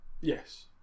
Yes